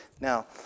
Now